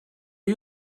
you